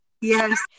Yes